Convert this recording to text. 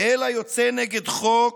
אלא יוצא נגד חוק,